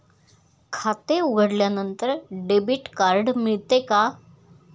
खाते उघडल्यानंतर debit card मिळते का?